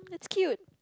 cute